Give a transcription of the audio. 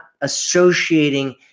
associating